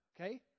Okay